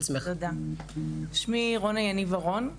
שמי רונה יניב-ארון,